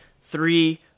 three